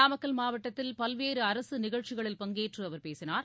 நாமக்கல் மாவட்டத்தில் பல்வேறு அரசு நிகழ்ச்சிகளில் பங்கேற்று அவர் பேசினார்